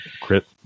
crit